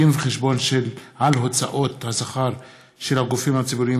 דין וחשבון על הוצאות השכר של הגופים הציבוריים